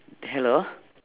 hello